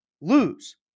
lose